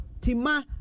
Tima